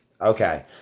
Okay